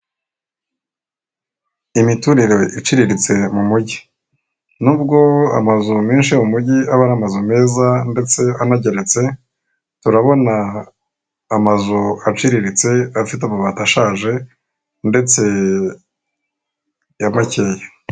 Imiturire iciriritse mu mujyi, nubwo amazu menshi yo mu mujyi aba ari amazu meza ndetse anageretse, turabona amazu aciriritse afite amabati ashaje ndetse ya makeya.